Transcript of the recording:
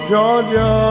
Georgia